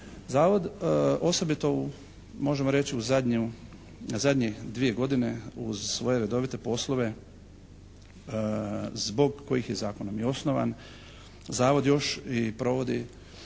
zavod osobito možemo reći u zadnjih dvije godine uz svoje redovite poslove zbog kojih je zakonom i osnovan, zavod još i provodi